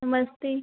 नमस्ते